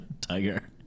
Tiger